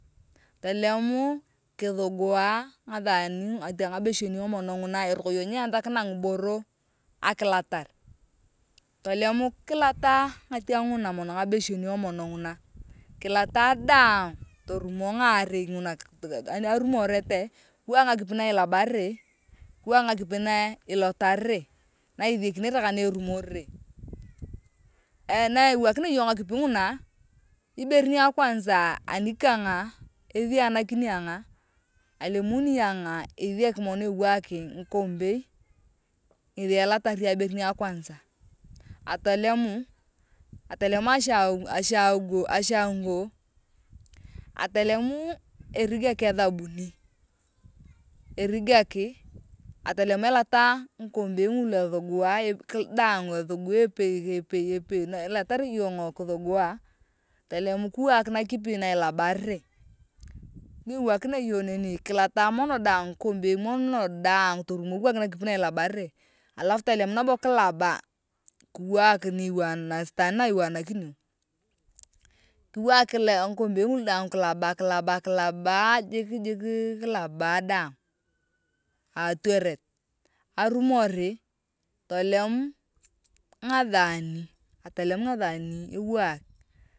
Tolem kithuguwa atiang ng’abesheneo mono eroko iyong nyiyanthekina ngiboro akilotar tolem kilota ngatiang ngabeshenoo mono nguna kilotaa daang torumo ani arumorete kiwaak ngakipi na ilabarare kiwak ngukipi na ilotarere na ithakinere ka na erumorere eee naiwokinea iyong ngakipi ngunaaa ibere ni akwanza anikang etheanakini agong alemuni ayong ethiak mono ewaak ngikombei ngethi elatara ayong ibere ni akwanza atolemu atolemu ashango atolemu erigak ethabuni erigaki atolemu elata ngikombei ngulu ethugua daang ethugua epei epei epei na ilotaria iyong kithugua tolem kiwaak nakipi na ilabarere naiwakinea iyong neni kilota mono daang ngikombei mono daang torumo kiwaak ngakipi na ilabareria alafu tolem nabo kilaba kiwaak na stand naiwanakineo kila ngikombei ngulu daang kilamba jik daang atuoret arumori tolem ngathani atolem ngathani ewaak.